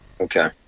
Okay